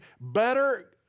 better